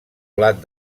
blat